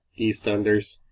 EastEnders